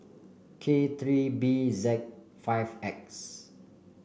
K three B Z five X